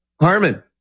Harmon